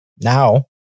Now